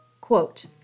Quote